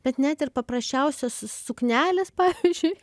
bet net ir paprasčiausios suknelės pavyzdžiui